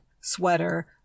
sweater